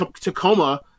Tacoma